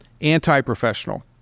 anti-professional